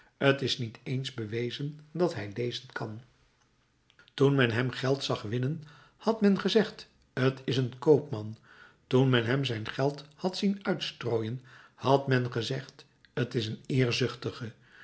t is niet eens bewezen dat hij lezen kan toen men hem geld zag winnen had men gezegd t is een koopman toen men hem zijn geld had zien uitstrooien had men gezegd t is een eerzuchtige